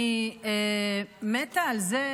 אני מתה על זה